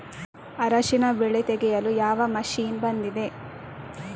ಅರಿಶಿನ ಬೆಳೆ ತೆಗೆಯಲು ಯಾವ ಮಷೀನ್ ಬಂದಿದೆ?